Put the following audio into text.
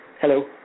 Hello